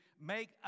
make